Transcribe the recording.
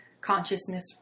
consciousness